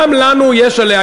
גם לנו יש עליה,